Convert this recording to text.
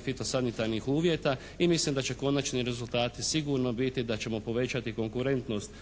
fitosanitarnih uvjeta i mislim da će konačni rezultati sigurno biti da ćemo povećati konkurentnost